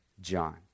John